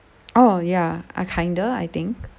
oh ya I kinda I think